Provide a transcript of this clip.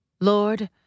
Lord